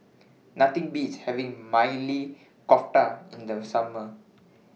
Nothing Beats having Maili Kofta in The Summer